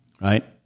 right